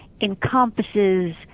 encompasses